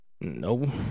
No